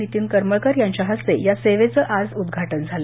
नितीन करमळकर यांच्या हस्ते या सेवेचं आज उद्घाटन झालं